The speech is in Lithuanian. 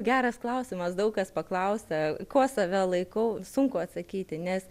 geras klausimas daug kas paklausia kuo save laikau sunku atsakyti nes